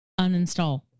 Uninstall